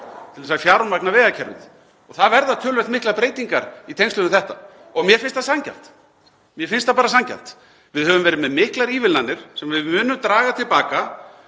til þess að fjármagna vegakerfið og það verða töluvert miklar breytingar í tengslum við þetta og mér finnst það sanngjarnt. Mér finnst það bara sanngjarnt. Við höfum verið með miklar ívilnanir sem við munum draga til baka